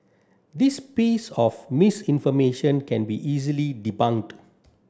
this piece of misinformation can be easily debunked